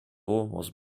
was